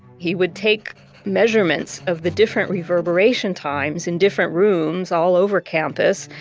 he would take measurements of the different reverberation times in different rooms all over campus.